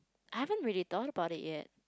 I haven't really thought about it yet